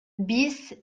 bis